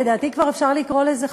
לדעתי, כבר אפשר לקרוא לזה חוק,